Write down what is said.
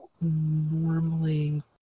normally